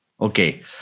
Okay